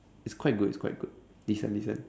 it's quite good it's quite good this one this one